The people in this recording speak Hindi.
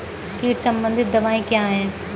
कीट संबंधित दवाएँ क्या हैं?